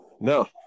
no